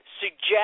suggest